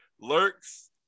Lurks